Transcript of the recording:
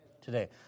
today